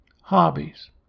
hobbies